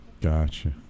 gotcha